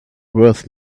worth